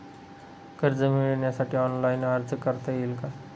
कर्ज मिळविण्यासाठी ऑनलाइन अर्ज करता येईल का?